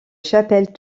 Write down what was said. chapelle